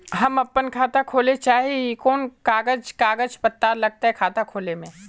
हम अपन खाता खोले चाहे ही कोन कागज कागज पत्तार लगते खाता खोले में?